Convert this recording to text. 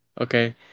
okay